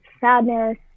sadness